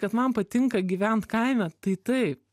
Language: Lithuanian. kad man patinka gyvent kaime tai taip